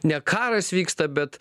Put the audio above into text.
ne karas vyksta bet